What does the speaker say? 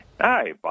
Hi